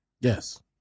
Yes